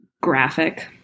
graphic